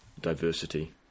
diversity